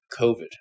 COVID